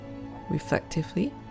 reflectively